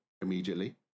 immediately